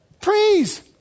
praise